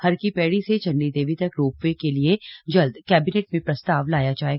हर की पैड़ी से चंडी देवी तक रोपवे के लिये जल्द कैबिनेट में प्रस्ताव लाया जाएगा